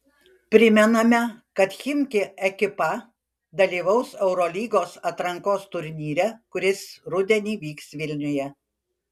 primename kad chimki ekipa dalyvaus eurolygos atrankos turnyre kuris rudenį vyks vilniuje